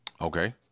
okay